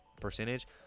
percentage